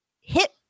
hit